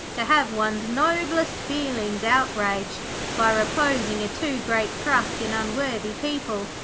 to have one's noblest feelings outraged by reposing a too great trust in unworthy people,